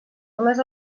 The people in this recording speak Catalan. només